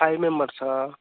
five మెంబర్సా